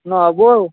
নহ'ব আৰু